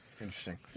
Interesting